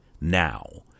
Now